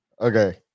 Okay